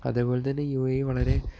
അതെപോലെ തന്നെ U A E വളരെ